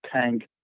tank